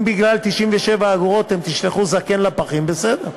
אם בגלל 97 אגורות אתם תשלחו זקן לפחים, בסדר.